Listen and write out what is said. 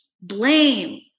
blame